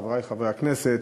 חברי חברי הכנסת,